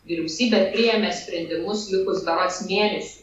vyriausybė priėmė sprendimus likus berods mėnesiui